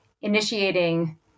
initiating